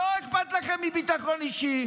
לא אכפת לכם מביטחון אישי.